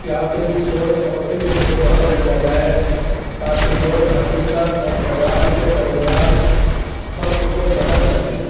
کہ عقلی سوچ اور علم کو فروغ دیا جائے تاکہ لوگ حقیقت اور خیال کے درمیان فرق کو سمجھ سکیں